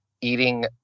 eating